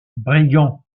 brigand